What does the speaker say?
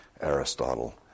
Aristotle